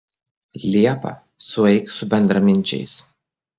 liepą sueik su bendraminčiais